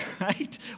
right